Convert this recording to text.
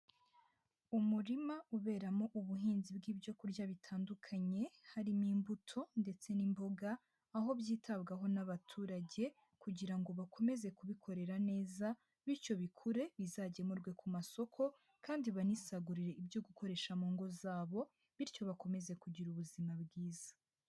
Umurima uberamo ubuhinzi bw'ibyo kurya bitandukanye, harimo imbuto ndetse n'imboga aho byitabwaho n'abaturage kugira ngo bakomeze kubikorera neza bityo bikure bizagemurwe ku masoko kandi banisagurire ibyo gukoresha mu ngo zabo, bityo bakomeze kugira ubuzima bwiza.